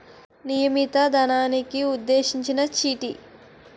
నియమిత ధనానికి నిర్దేశించిన చీటీ